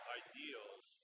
ideals